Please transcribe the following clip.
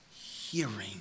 Hearing